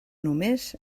només